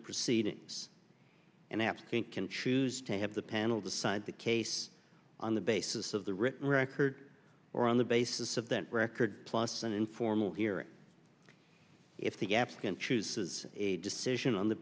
proceedings and applicant can choose to have the panel decide the case on the basis of the written record or on the basis of that record plus an informal hearing if the applicant chooses a decision on the